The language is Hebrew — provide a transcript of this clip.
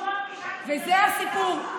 זה הסיפור.